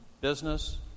business